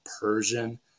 Persian